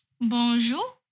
Bonjour